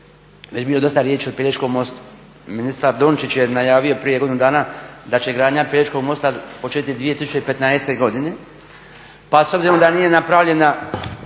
već bilo dosta riječi o Pelješkom mostu. Ministar Dončić je najavio prije godinu dana da će gradnja Pelješkog mosta početi 2015. godine, pa s obzirom da nije napravljena